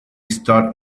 stood